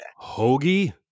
Hoagie